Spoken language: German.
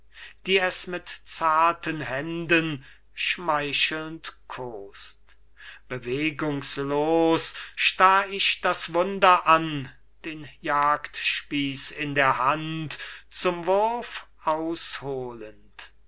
die selbst mit zarten händen schmeichelnd kost bewegungslos starr ich das wunder an den jagdspieß in der hand zum wurf ausholend sie